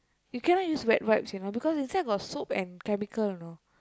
you cannot use wet wipes you know because inside got soap and chemical you know